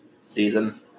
season